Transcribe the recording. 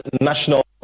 national